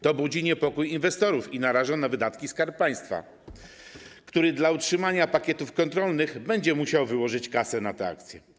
To budzi niepokój inwestorów i naraża na wydatki Skarb Państwa, który dla utrzymania pakietów kontrolnych będzie musiał wyłożyć na te akcje kasę.